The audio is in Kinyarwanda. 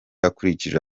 akurikije